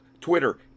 Twitter